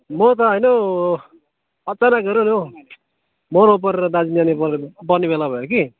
म त होइन हौ अचानक हेरन हौ मराउ परेर दार्जिलिङ जानुपर्ने बेला भयो कि